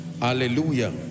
Hallelujah